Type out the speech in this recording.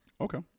Okay